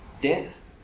Death